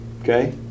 okay